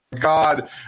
God